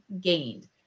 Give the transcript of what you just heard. gained